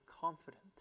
confident